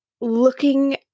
looking